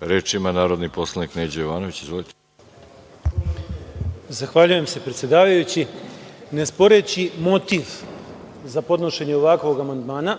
Reč ima narodni poslanik Neđo Jovanović. Izvolite. **Neđo Jovanović** Zahvaljujem se predsedavajući. Ne sporeći motiv za podnošenje ovakvog amandmana